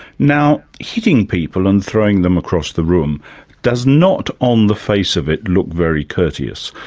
now, hitting people and throwing them across the room does not on the face of it look very courteous.